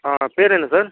ஆ பேர் என்ன சார்